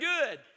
good